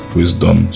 wisdom